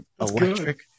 electric